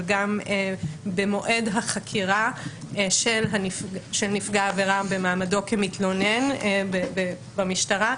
אבל גם במועד החקירה של נפגע העבירה במעמדו כמתלונן במשטרה,